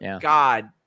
God